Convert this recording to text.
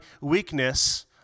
weakness